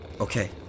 Okay